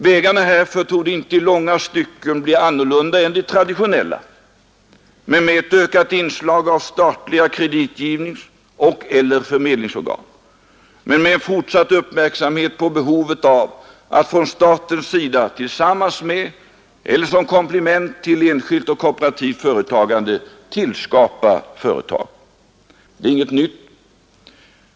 Vägarna härför torde inte i långa stycken bli annorlunda än de traditionella men med ett ökat inslag av statliga kreditgivningsoch/eller förmedlingsorgan och med fortsatt uppmärksamhet på behovet av att från statens sida tillsammans med eller som komplement till enskilt och kooperativt företagande skapa företag. Detta är inget nytt.